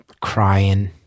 crying